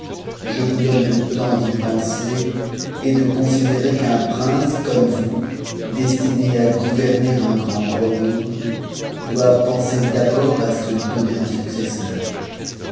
je vous donne c temps d'y penser et de considérer qu'un prince comme vous destiné à gouverner un grand royaume doit penser d'abord à se donner un successeur